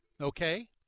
okay